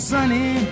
Sunny